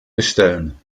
bestellen